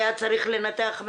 היה צריך לנתח?